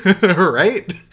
Right